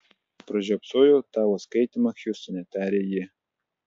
pražiopsojau tavo skaitymą hjustone tarė ji